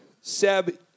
Seb